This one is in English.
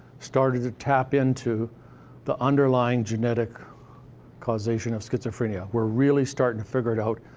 started to tap into the underlying genetic causation of schizophrenia. we're really starting to figure it out.